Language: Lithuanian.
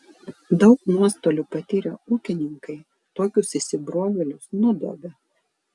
daug nuostolių patyrę ūkininkai tokius įsibrovėlius nudobia